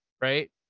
right